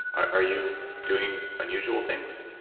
are you doing unusual things?